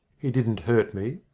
he didn't hurt me,